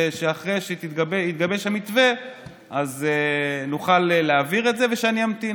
ושאחרי שיתגבש המתווה נוכל להעביר את זה ושאני אמתין,